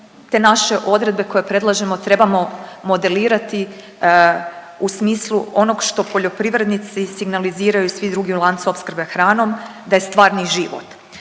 te naše odredbe koje predlažemo trebamo modelirati u smislu onog što poljoprivrednici signaliziraju i svi drugi lanci opskrbe hranom da je stvarni život.